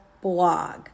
blog